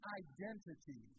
identity